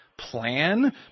plan